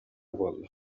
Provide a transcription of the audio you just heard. буолла